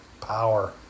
power